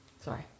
Sorry